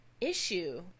issue